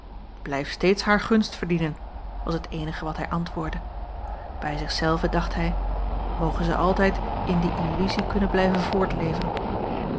blijf steeds haar gunst verdienen was het eenige wat hij antwoordde bij zich zelven dacht hij moge zij altijd in die illuzie kunnen blijven voortleven